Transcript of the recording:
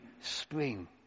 spring